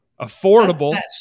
affordable